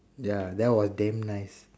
ya that was damn nice